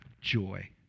joy